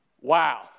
wow